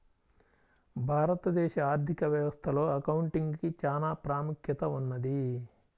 భారతదేశ ఆర్ధిక వ్యవస్థలో అకౌంటింగ్ కి చానా ప్రాముఖ్యత ఉన్నది